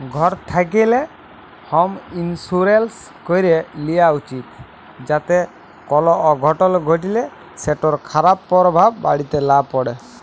ঘর থ্যাকলে হম ইলসুরেলস ক্যরে লিয়া উচিত যাতে কল অঘটল ঘটলে সেটর খারাপ পরভাব বাড়িতে লা প্যড়ে